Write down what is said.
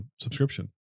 subscription